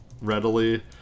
readily